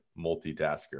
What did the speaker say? multitasker